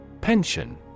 Pension